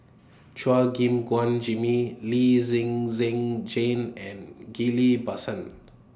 Chua Gim Guan Jimmy Lee Zhen Zhen Jane and Ghillie BaSan